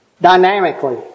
dynamically